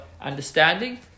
understanding